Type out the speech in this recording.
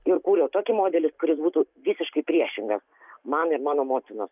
ir kūriau tokį modelį kuris būtų visiškai priešingas man ir mano motinos